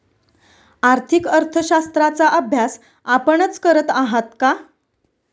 आर्थिक अर्थशास्त्राचा अभ्यास आपणच करत आहात का?